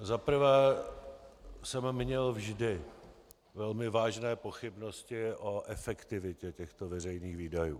Za prvé jsem měl vždy velmi vážné pochybnosti o efektivitě těchto veřejných výdajů.